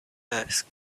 asked